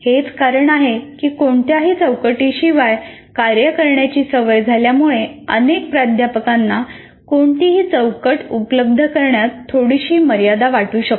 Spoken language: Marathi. हेच कारण आहे की कोणत्याही चौकटीशिवाय कार्य करण्याची सवय झाल्यामुळे अनेक प्राध्यापकांना कोणतीही चौकट उपलब्ध करण्यात थोडीशी मर्यादा वाटू शकते